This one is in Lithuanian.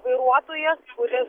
vairuotojas kuris